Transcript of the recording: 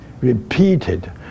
repeated